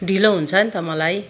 ढिलो हुन्छ नि त मलाई